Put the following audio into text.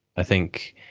i think